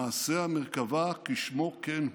מעשה המרכבה כשמו כן הוא: